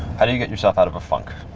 how do you get yourself out of a funk?